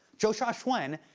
zhou xiaoxuan,